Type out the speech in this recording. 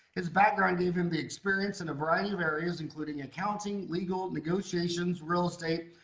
his background gave him the experience and a variety of areas including accounting, legal, negotiations, real estate,